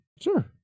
Sure